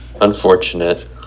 Unfortunate